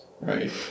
right